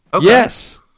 Yes